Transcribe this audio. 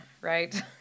right